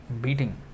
beating